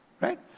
Right